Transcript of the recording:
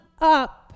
up